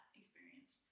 experience